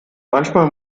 manchmal